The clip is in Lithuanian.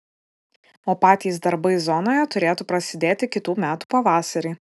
o patys darbai zonoje turėtų prasidėti kitų metų pavasarį